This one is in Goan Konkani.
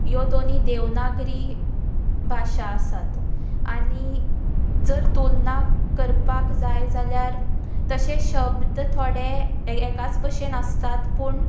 ह्यो दोनूय देवनागरी भाशा आसात आनी जर तुलना करपाक जाय जाल्यार तशे शब्द थोडे एकाच बशेन आसतात पूण